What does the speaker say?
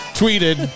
tweeted